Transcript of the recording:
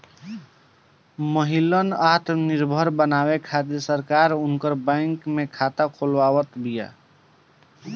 महिलन आत्मनिर्भर बनावे खातिर सरकार उनकर बैंक में खाता खोलवावत बिया